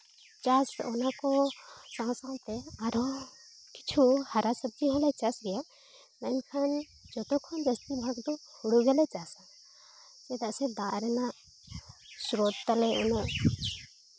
ᱪᱟᱥ ᱥᱟᱶ ᱥᱟᱶᱛᱮ ᱟᱨᱦᱚᱸ ᱠᱤᱪᱷᱩ ᱦᱟᱨᱟ ᱥᱚᱵᱽᱡᱤ ᱦᱚᱸᱞᱮ ᱪᱟᱥ ᱜᱮᱭᱟ ᱢᱮᱱᱠᱷᱟᱱ ᱡᱚᱛᱚ ᱠᱷᱚᱱ ᱡᱟᱹᱥᱛᱤ ᱵᱷᱟᱜᱽ ᱫᱚ ᱦᱳᱲᱳ ᱜᱮᱞᱮ ᱪᱟᱥᱼᱟ ᱪᱮᱫᱟᱜ ᱥᱮ ᱫᱟᱜ ᱨᱮᱱᱟᱜ ᱥᱨᱳᱛ ᱛᱟᱞᱮ ᱩᱱᱟᱹᱜ